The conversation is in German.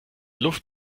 luft